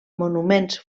monuments